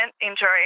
injury